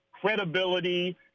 credibility